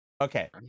Okay